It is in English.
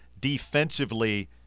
defensively